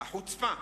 החוצפה,